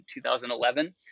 2011